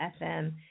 fm